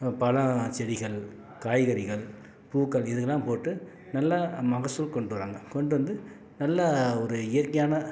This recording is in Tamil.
பழம் செடிகள் காய்கறிகள் பூக்கள் இதுக்கு எல்லாம் போட்டு நல்ல மகசூல் கொண்டு வராங்க கொண்டு வந்து நல்லா ஒரு இயற்கையான